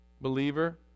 Believer